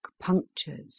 punctures